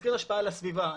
ותסקיר השפעה על הסביבה,